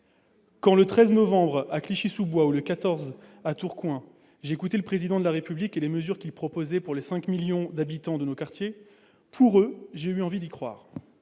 Quand, le 13 novembre dernier à Clichy-sous-Bois ou le 14 à Tourcoing, j'ai écouté le Président de la République et pris connaissance des mesures qu'il proposait pour les 5 millions d'habitants de nos quartiers, pour eux, j'ai eu envie d'y croire